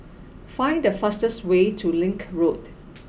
find the fastest way to Link Road